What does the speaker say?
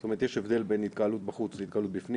זאת אומרת יש הבדל בין התקהלות בחוץ להתקבלות בפנים